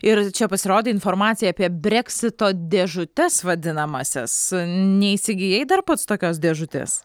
ir čia pasirodė informacija apie breksito dėžutes vadinamąsias neįsigijai dar pats tokios dėžutės